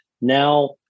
now